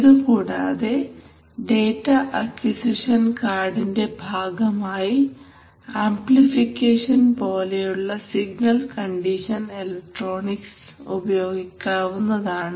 ഇതുകൂടാതെ data acquisition കാർഡിന്റെ ഭാഗമായി ആംപ്ലിഫിക്കേഷൻ പോലെയുള്ള സിഗ്നൽ കണ്ടീഷൻ ഇലക്ട്രോണിക്സ് ഉപയോഗിക്കാവുന്നതാണ്